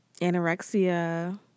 anorexia